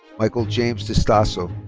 michael james distaso.